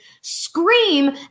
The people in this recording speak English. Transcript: scream